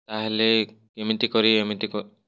ଏହା ହେଲେ କେମିତି କରି ଏମତି କ